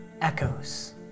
echoes